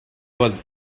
was